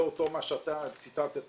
זה אותו מה שאתה ציטטת